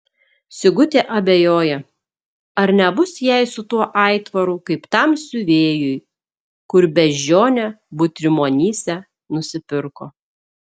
sigutė abejoja ar nebus jai su tuo aitvaru kaip tam siuvėjui kur beždžionę butrimonyse nusipirko